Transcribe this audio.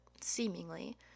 seemingly